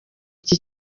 iki